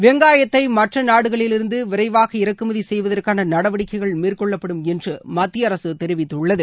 வெங்காயத்தைமற்றநாடுகளிலிருந்துவிரைவாக இறக்குமதிசெய்வதற்கானநடவடிக்கைகள் மேற்கொள்ளப்படும் என்றுமத்தியஅரசுதெரிவித்துள்ளது